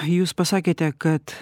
jūs pasakėte kad